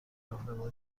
راهنما